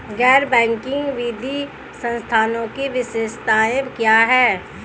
गैर बैंकिंग वित्तीय संस्थानों की विशेषताएं क्या हैं?